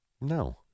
No